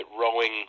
rowing